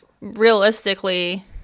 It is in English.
realistically